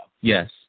Yes